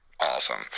Awesome